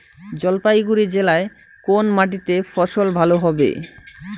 জলপাইগুড়ি জেলায় কোন মাটিতে ফসল ভালো হবে?